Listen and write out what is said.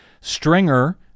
Stringer